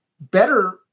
Better